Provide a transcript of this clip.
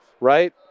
right